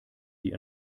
die